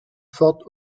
forte